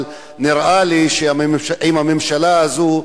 אבל נראה לי שעם הממשלה הזאת,